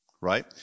right